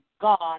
God